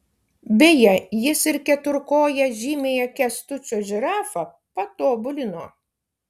beje jis ir keturkoję žymiąją kęstučio žirafą patobulino